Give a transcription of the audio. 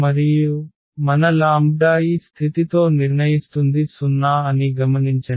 మరియు మన లాంబ్డా ఈ స్థితితో నిర్ణయిస్తుంది 0 అని గమనించండి